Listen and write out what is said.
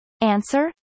Answer